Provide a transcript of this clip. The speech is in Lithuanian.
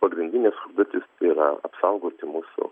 pagrindinės užduotys yra apaugoti mūsų